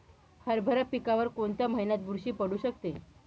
हरभरा पिकावर कोणत्या महिन्यात बुरशी पडू शकते?